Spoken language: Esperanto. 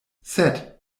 sed